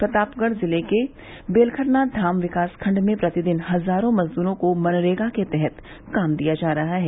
प्रतापगढ़ जिले के बेलखरनाथ धाम विकास खंड में प्रतिदिन हजारों मजद्रों को मनरेगा के तहत काम दिया जा रहा है